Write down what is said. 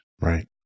Right